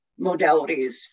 modalities